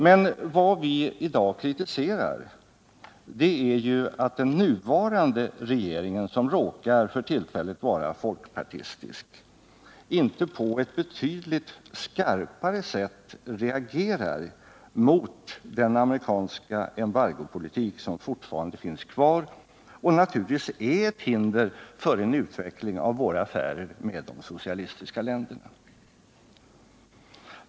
Men vad vi i dag kritiserar är ju att regeringen, som för tillfället råkar vara folkpartistisk, inte på ett betydligt skarpare sätt reagerar mot den amerikanska embargopolitik som fortfarande finns kvar och som naturligtvis är ett hinder för en utveckling av våra affärer med de socialistiska länderna.